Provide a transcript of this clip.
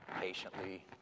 patiently